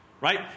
Right